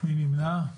מי נמנע?